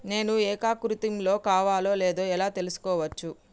నేను ఏకీకృతం కావాలో లేదో ఎలా తెలుసుకోవచ్చు?